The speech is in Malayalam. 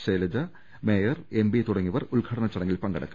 ശൈലജ മേയർ എംപി തുടങ്ങിയവർ ഉദ്ഘാടന ചടങ്ങിൽ പങ്കെടുക്കും